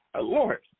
Lord